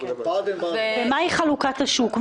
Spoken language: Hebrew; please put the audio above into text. מה היא חלוקת השוק?